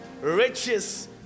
riches